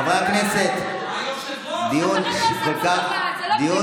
היושב-ראש, שיהיה